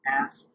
ask